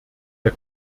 der